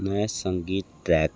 नए संगीत ट्रैक